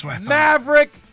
Maverick